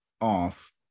off